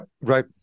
Right